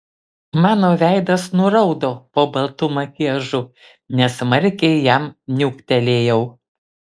mano veidas nuraudo po baltu makiažu nesmarkiai jam niuktelėjau